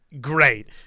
great